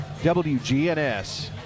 wgns